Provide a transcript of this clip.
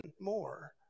more